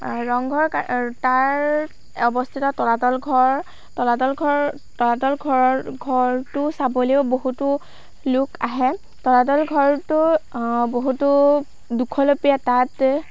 ৰংঘৰ তাৰ অৱস্থিত তলাতল ঘৰ তলাতল ঘৰ তলাতল ঘৰৰ ঘৰটো চাবলৈও বহুতো লোক আহে তলাতল ঘৰটো বহুতো দুখলপীয়া তাত